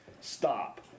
Stop